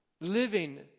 Living